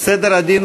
סדר הדין